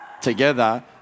together